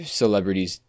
celebrities